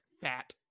fat